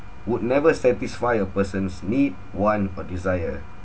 would never satisfy a person's need want or desire